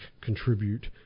contribute